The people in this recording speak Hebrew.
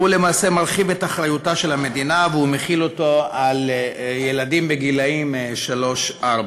למעשה מרחיב את אחריותה של המדינה ומחיל אותה על ילדים גילאי שלוש-ארבע.